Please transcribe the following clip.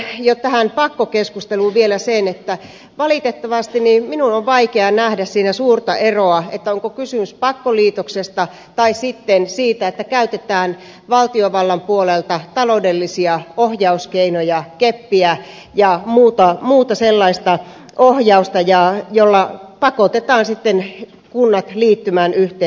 sitten totean tähän pakkokeskusteluun vielä sen että valitettavasti minun on vaikea nähdä siinä suurta eroa onko kysymys pakkoliitoksesta vai sitten siitä että käytetään valtiovallan puolelta taloudellisia ohjauskeinoja keppiä ja muuta sellaista ohjausta jolla pakotetaan kunnat liittymään yhteen